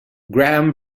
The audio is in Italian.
graham